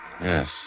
yes